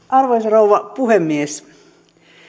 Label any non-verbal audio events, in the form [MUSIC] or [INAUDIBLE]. [UNINTELLIGIBLE] arvoisa rouva puhemies